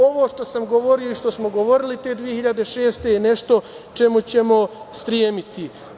Ovo što sam govorio i što smo govorili te 2006. godine je nešto čemu ćemo stremiti.